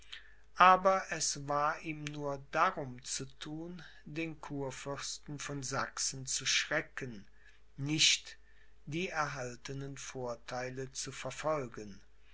aber es war ihm nur darum zu thun den kurfürsten von sachsen zu schrecken nicht die erhaltenen vortheile zu verfolgen